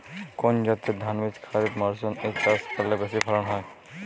কোন জাতের ধানবীজ খরিপ মরসুম এ চাষ করলে বেশি ফলন হয়?